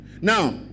Now